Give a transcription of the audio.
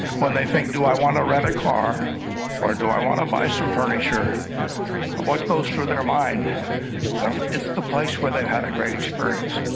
when they think do i want to rent a car or do i want to buy, some furniture what goes through their mind you know it's the place, where they've had a great experience